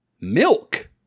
Milk